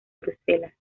bruselas